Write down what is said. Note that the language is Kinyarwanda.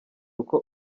uko